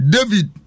David